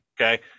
Okay